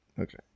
okay